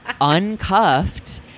uncuffed